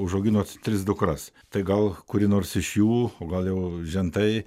užauginotetris dukras tai gal kuri nors iš jų o gal jau žentai